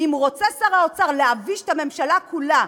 אם רוצה שר האוצר להבאיש את ריח הממשלה כולה,